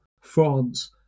France